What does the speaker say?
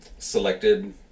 Selected